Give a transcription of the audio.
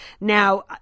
Now